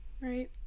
Right